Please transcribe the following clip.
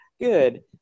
Good